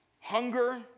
hunger